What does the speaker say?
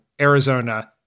Arizona